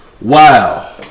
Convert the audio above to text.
Wow